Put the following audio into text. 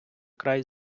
край